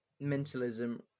mentalism